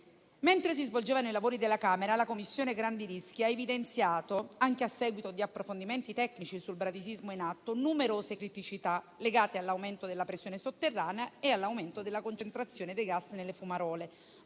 Mentre si svolgevano i lavori della Camera, la Commissione grandi rischi ha evidenziato, anche a seguito di approfondimenti tecnici sul bradisismo in atto, numerose criticità legate all'aumento della pressione sotterranea e all'aumento della concentrazione dei gas nelle fumarole,